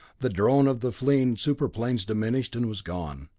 the drone of the fleeing super-planes diminished and was gone,